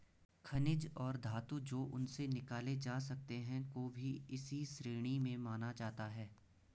खनिज और धातु जो उनसे निकाले जा सकते हैं को भी इसी श्रेणी में माना जाता है